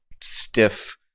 stiff